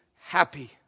happy